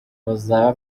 bazaba